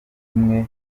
rimwe